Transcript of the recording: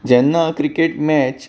जेन्ना cricket match